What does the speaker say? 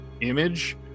image